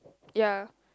ya